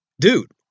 Dude